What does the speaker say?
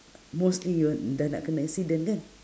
mostly you were dah nak kena accident kan